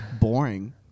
boring